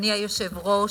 אדוני היושב-ראש,